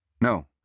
No